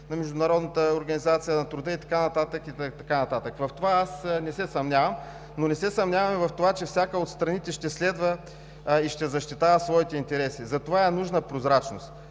на Международната организация на труда и така нататък. В това аз не се съмнявам, но не се съмнявам и в това, че всяка от страните ще следва и ще защитава своите интереси. Затова е нужна прозрачност.